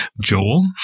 Joel